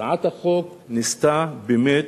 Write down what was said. הצעת החוק ניסתה, באמת,